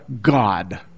God